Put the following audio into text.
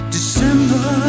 December